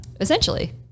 Essentially